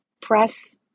press